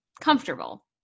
comfortable